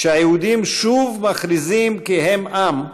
כשהיהודים שוב מכריזים כי הם עַם,